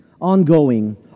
ongoing